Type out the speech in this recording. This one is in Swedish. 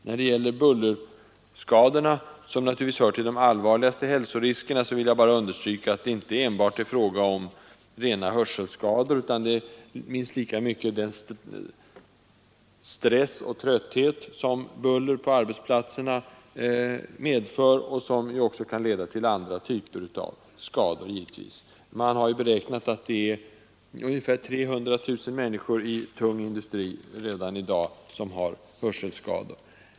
När det gäller bullerskadorna, som naturligtvis hör till de allvarligaste hälsoriskerna, vill jag understryka att det inte enbart är fråga om rena hörselskador utan minst lika mycket om den stress och trötthet som buller på arbetsplatserna medför och som också kan leda till andra typer av skador. Man har beräknat att det redan i dag finns ca 300 000 människor i tung industri som har hörselskador.